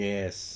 Yes